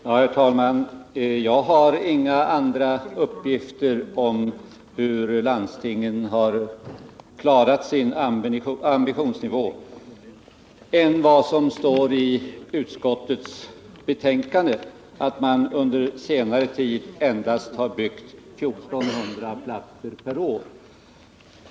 Herr talman! Jag har ingen annan uppgift om hur landstingen har klarat sin ambitionsnivå än den som återfinns i utskottets betänkande, nämligen att man under senare tid endast har byggt 1 400 platser per år.